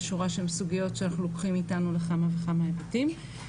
יש שורה של סוגיות שאנחנו לוקחים איתנו לכמה וכמה היבטים.